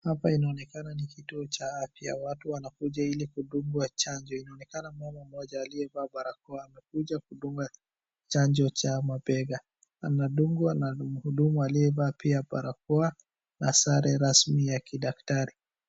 Hapa inaonekana ni kituo cha afya watu wanakuja ili kudungwa chanjo inaonekana mama mmoja aliyevaa barakoa amekuja kudungwa chanjo cha mabega. Anadungwa na mhudumu aliyevaa pia barakoa na sare rasmi ya kidaktari.